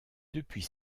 depuis